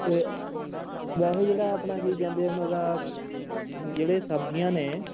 ਅਤੇ ਵੈਸੇ ਜਿਹੜਾ ਆਪਣਾ ਕੀ ਕਹਿੰਦੇ ਉਹਨਾਂ ਦਾ ਜਿਹੜੇ ਸਬਜ਼ੀਆਂ ਨੇ